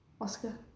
Oscar